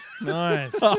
Nice